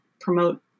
promote